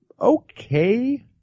okay